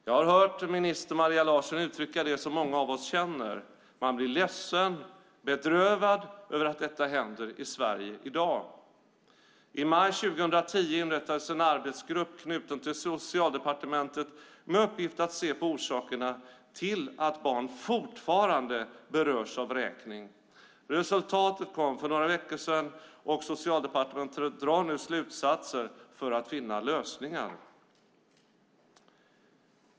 Jag har hört minister Maria Larsson uttrycka det som många av oss känner: Man blir ledsen och bedrövad över att detta händer i Sverige i dag. I maj 2010 inrättades en arbetsgrupp knuten till Socialdepartementet med uppgift att se på orsakerna till att barn fortfarande berörs av vräkning. Resultatet kom för några veckor sedan, och Socialdepartementet drar nu slutsatser för att finna lösningar.